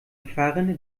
fahrrinne